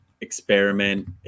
experiment